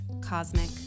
Cosmic